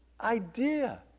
idea